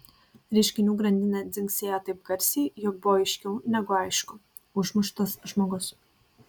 reiškinių grandinė dzingsėjo taip garsiai jog buvo aiškiau negu aišku užmuštas žmogus